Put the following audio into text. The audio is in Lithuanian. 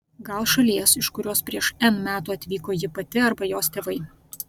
gal šalies iš kurios prieš n metų atvyko ji pati arba jos tėvai